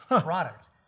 product